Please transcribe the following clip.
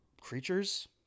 creatures